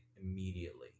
immediately